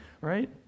right